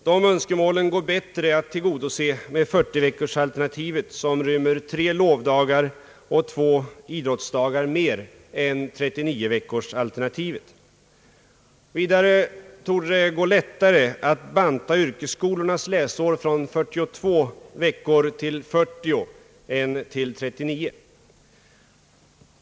De önskemålen är lättare att tillgodose med 40-veckorsalternativet, som rymmer tre lovdagar och två idrottsdagar mer än 39-veckorsalternativet. Vidare torde det gå lättare att banta yrkesskolornas arbetsår från 42 veckor till 40 än till 39 veckor.